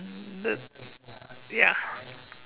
mm the ya